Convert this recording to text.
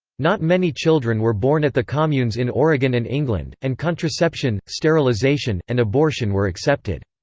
not many children were born at the communes in oregon and england, and contraception, sterilisation, and abortion were accepted.